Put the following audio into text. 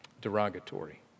derogatory